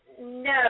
No